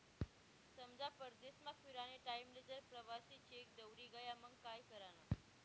समजा परदेसमा फिरानी टाईमले जर प्रवासी चेक दवडी गया मंग काय करानं?